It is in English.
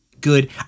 good